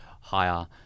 higher